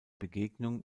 begegnung